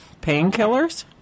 painkillers